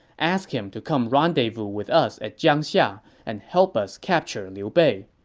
ask him to come rendezvous with us at jiangxia and help us capture liu bei.